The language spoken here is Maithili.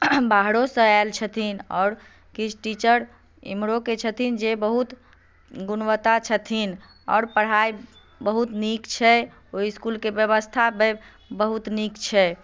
बाहरोसँ आयल छथिन आओर किछु टीचर एम्हरोके छथिन जे बहुत गुणवत्ता छथिन आओर पढ़ाइ बहुत नीक छै ओहि इस्कुलके व्यवस्था बे बहुत नीक छै